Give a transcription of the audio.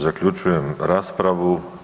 Zaključujem raspravu.